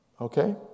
Okay